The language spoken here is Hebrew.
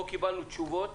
פה קיבלנו תשובות